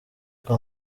kwa